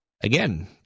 Again